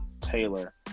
Taylor